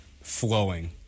flowing